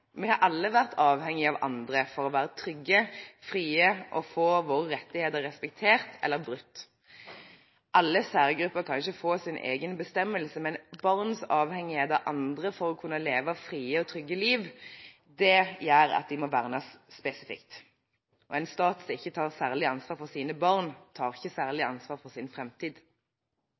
vi har alle vært avhengig av andre for å være trygge og frie og få våre rettigheter respektert eller brutt. Alle særgrupper kan ikke få sin egen bestemmelse, men barns avhengighet av andre for å kunne leve frie og trygge liv gjør at de må vernes spesifikt, og en stat som ikke tar særlig ansvar for sine barn, tar ikke særlig ansvar for sin